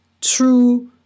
true